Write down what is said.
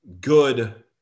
good